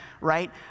right